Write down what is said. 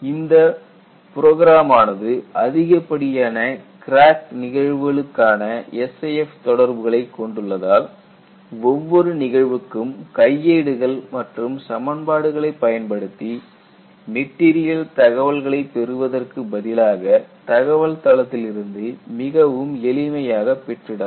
இந்த புரோகிராம் ஆனது அதிகப்படியான கிராக் நிகழ்வுகளுக்கான SIF தொடர்புகளை கொண்டுள்ளதால் ஒவ்வொரு நிகழ்வுக்கும் கையேடுகள் மற்றும் சமன்பாடுகளை பயன்படுத்தி மெட்டீரியல் தகவல்களை பெறுவதற்கு பதிலாக தகவல் தளத்திலிருந்து மிகவும் எளிமையாக பெற்றிடலாம்